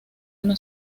una